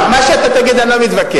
מה שתגיד, אני לא מתווכח.